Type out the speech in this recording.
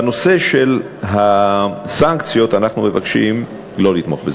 בנושא של הסנקציות אנחנו מבקשים שלא לתמוך.